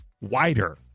wider